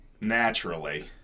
naturally